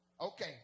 Okay